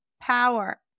Power